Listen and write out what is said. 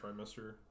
trimester